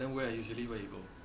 then where usually where you go